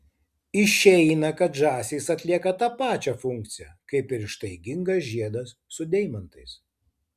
išeina kad žąsys atlieka tą pačią funkciją kaip ir ištaigingas žiedas su deimantais